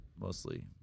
mostly